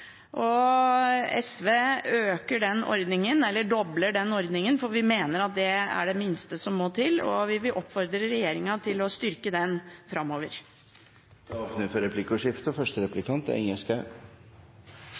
og SV øker – eller dobler – den ordningen, for vi mener det er det minste som må til, og vi vil oppfordre regjeringen til å styrke den framover. Det blir replikkordskifte. Jeg registrerer at representanten Andersen tar til orde for en ny bosettingsordning, og